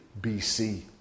BC